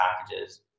packages